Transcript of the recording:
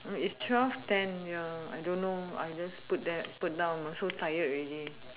it's twelve ten ya I don't know I just put there put down I'm so tired already